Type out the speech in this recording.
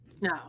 No